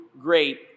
great